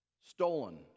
Stolen